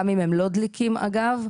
גם אם לא דליקים אגב,